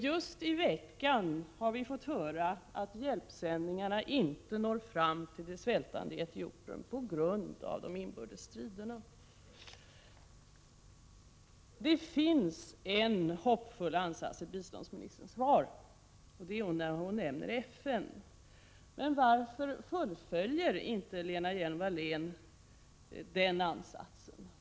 Just i veckan har vi fått höra att hjälpsändningarna inte når fram till det svältande Etiopien på grund av inbördesstriderna. Det finns en hoppfull ansats i biståndsministerns svar — det hon nämner om arbetet i FN. Men varför fullföljer inte Lena Hjelm-Wallén denna ansats?